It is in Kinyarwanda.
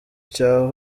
cyo